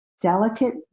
delicate